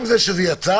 גם זה שזה יצא